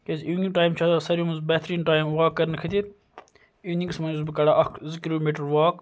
کیاز evening time چھُ آسان ساروی مَنٛز بہتریٖن ٹایم واک کَرنہٕ خٲطرٕ اِونِنٛگَس مَنٛز چھُس بہٕ کَڑان اکھ زٕ کلوٗمیٖٹر واک